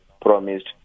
promised